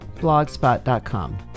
Blogspot.com